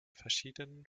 verschiedenen